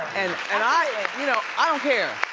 and i, you know, i don't care,